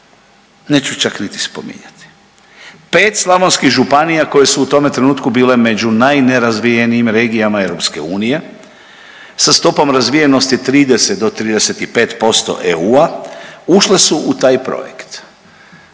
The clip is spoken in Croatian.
neću čak niti spominjati. Pet slavonskih županija koje su u tome trenutku bile među najnerazvijenijim regijama EU sa stopom razvijenosti 30 do 35% EU-a ušle su u taj projekt.